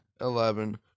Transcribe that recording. eleven